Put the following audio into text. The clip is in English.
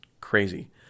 crazy